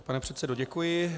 Pane předsedo, děkuji.